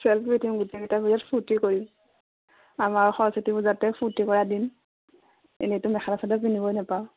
selfie উঠিম গোটেইকেইটা বিৰাট ফূৰ্তি কৰিম আমাৰ সৰস্বতী পূজাতেই ফূৰ্তি কৰা দিন এনেইতো মেখেলা চাদৰ পিন্ধিবই নাপাওঁ